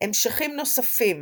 המשכים נוספים